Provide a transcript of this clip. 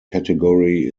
category